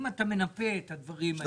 אם אתה מנפה את הדברים האלה,